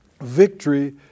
victory